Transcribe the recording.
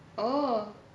oh